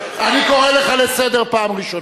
קראתי אותך לסדר פעם שנייה.